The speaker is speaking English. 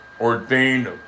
ordained